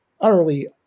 utterly